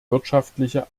wirtschaftliche